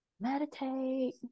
Meditate